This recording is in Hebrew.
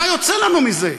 מה יוצא לנו מזה?